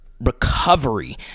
Recovery